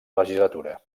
legislatura